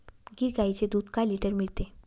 गीर गाईचे दूध काय लिटर मिळते?